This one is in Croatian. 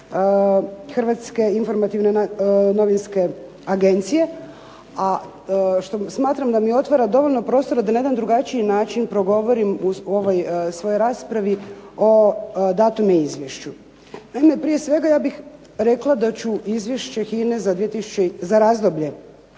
Hrvatske informativne novinske agencije, a što smatram da mi otvara dovoljno prostora da na jedan drugačiji način progovorim u ovoj svojoj raspravi o datome izvješću. Naime prije svega ja bih rekla da ću izvješće HINA-e za razdoblje